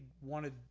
wanted